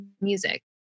music